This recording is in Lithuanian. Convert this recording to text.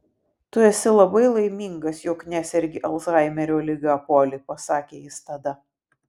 tu esi labai laimingas jog nesergi alzhaimerio liga poli pasakė jis tada